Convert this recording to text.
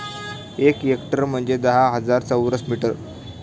एक हेक्टर म्हणजे दहा हजार चौरस मीटर